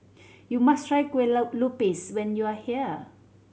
you must try kue lupis when you are here